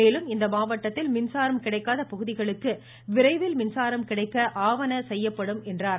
மேலும் இம்மாவட்டத்தில் மின்சாரம் கிடைக்காத பகுதிகளுக்கு விரைவில் மின்சாரம் கிடைக்க ஆவண செய்யப்படும் என்றார்